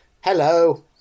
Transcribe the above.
Hello